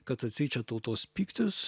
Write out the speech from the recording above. kad atseit čia tautos pyktis